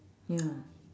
ya